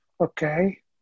okay